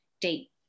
date